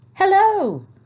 Hello